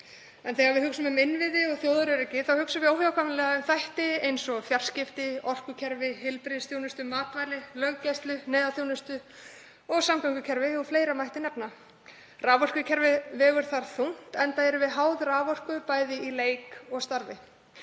Þegar við hugsum um innviði og þjóðaröryggi hugsum við óhjákvæmilega um þætti eins og fjarskipti, orkukerfi, heilbrigðisþjónustu, matvæli, löggæslu, neyðarþjónustu, samgöngukerfi, og fleira mætti nefna. Raforkukerfið vegur þar þungt enda erum við háð raforku bæði í leik og starfi.